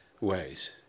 ways